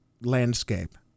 landscape